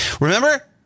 Remember